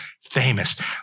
famous